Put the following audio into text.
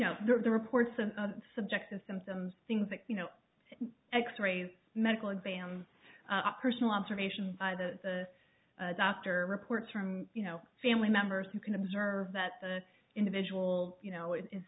know the reports of subjective symptoms things that you know x rays medical exam a personal observation by the doctor reports from you know family members who can observe that the individual you know i